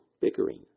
bickering